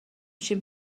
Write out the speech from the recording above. شیم